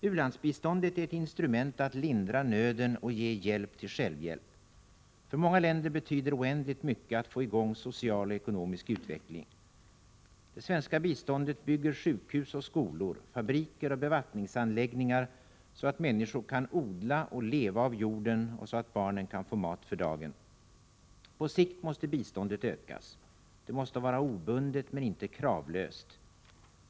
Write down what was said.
U-landsbiståndet är ett instrument att lindra nöden och ge hjälp till självhjälp. För många länder betyder det oändligt mycket att få i gång social och ekonomisk utveckling. Det svenska biståndet bygger sjukhus och skolor, fabriker och bevattningsanläggningar så att människor kan odla och leva av jorden, så att barnen kan få mat för dagen. På sikt måste biståndet ökas. Det måste vara obundet men inte kravlöst.